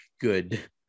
good